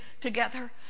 together